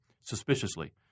suspiciously